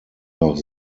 noch